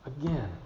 again